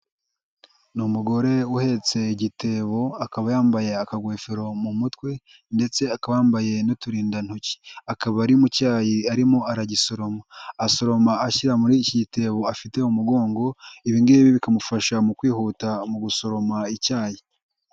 Ni umugore uhetse igitebo akaba yambaye akagofero mu mutwe, ndetse akaba yambaye n'uturindantoki, akaba ari mu cyayi arimo aragisoroma, asoroma ashyira muri ikitebo afite umugongo ibingibi bikamufasha mu kwihuta mu gusoroma icyayi.